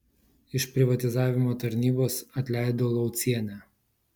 iš privatizavimo tarnybos atleido laucienę